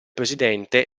presidente